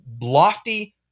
lofty